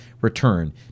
return